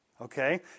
Okay